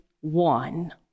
one